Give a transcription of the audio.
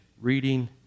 Reading